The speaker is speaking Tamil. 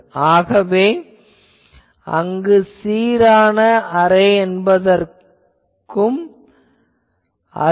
ஆகவே இந்த சீரான அரே என்பதற்கும் அதுவே